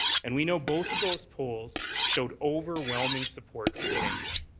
and we know both of those polls showed overwhelming support for change.